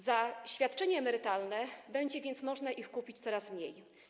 Za świadczenie emerytalne będzie można ich kupić coraz mniej.